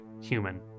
human